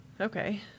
okay